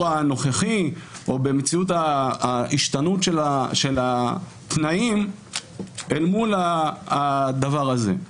הנוכחי או באמצעות ההשתנות של התנאים אל מול הדבר הזה.